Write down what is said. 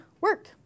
work